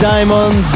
Diamond